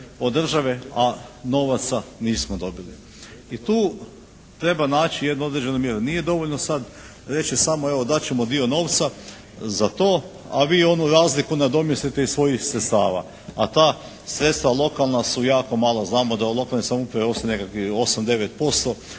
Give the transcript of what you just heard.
od države, a novaca nismo dobili i tu treba naći jednu određenu mjeru. Nije dovoljno sad reći samo evo dat ćemo dio novca za to, a vi onu razliku nadomjestite iz svojih sredstava, a ta sredstva lokalna su jako malo, znamo da u lokalnoj samoupravi ostaje nekakvih 8, 9%